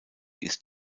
ist